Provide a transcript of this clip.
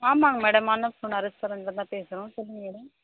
ஆமாங்க மேடம் அன்னபூர்ணா ரெஸ்டாரண்ட்லேருந்து தான் பேசுகிறோம் சொல்லுங்கள் மேடம்